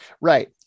Right